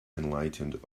enlightened